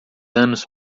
anos